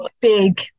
big